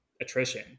attrition